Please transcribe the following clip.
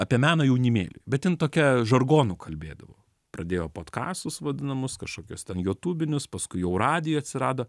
apie meną jaunimėliui bet ten tokia žargonu kalbėdavo pradėjo podkastus vadinamus kažkokius ten jotubinius paskui jau radija atsirado